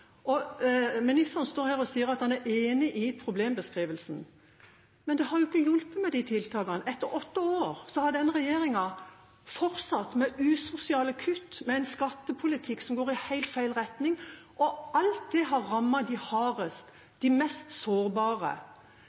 står her og sier at han er enig i problembeskrivelsen, men det har jo ikke hjulpet med disse tiltakene. Etter åtte år har denne regjeringa fortsatt med usosiale kutt, med en skattepolitikk som går i helt feil retning. Alt dette har rammet de mest sårbare. Kontantytelsene rammer også de mest sårbare,